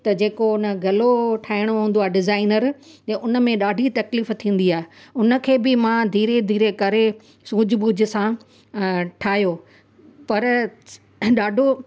त जेको हुन गलो ठाहिणो हूंदो आहे डिज़ाइनर त उनमें ॾाढी तकलीफ़ु थींदी आहे उनखे बि मां धीरे धीरे करे सूझ बूझ सां ठाहियो पर ॾाढो